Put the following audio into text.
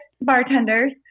bartenders